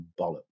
bollocks